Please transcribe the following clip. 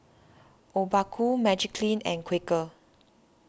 Obaku Magiclean and Quaker